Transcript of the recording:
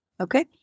okay